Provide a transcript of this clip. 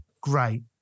great